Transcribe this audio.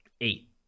eight